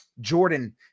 Jordan